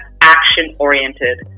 action-oriented